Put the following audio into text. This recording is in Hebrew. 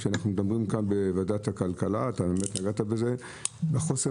כשאנחנו מדברים כאן בוועדת הכלכלה אתה באמת נגעת בזה בחוסר